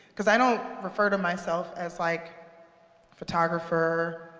cause i don't refer to myself as like photographer,